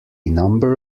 number